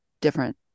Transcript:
different